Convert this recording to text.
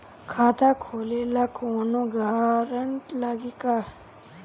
खाता खोले ला कौनो ग्रांटर लागी का?